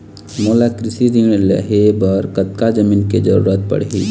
मोला कृषि ऋण लहे बर कतका जमीन के जरूरत पड़ही?